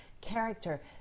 character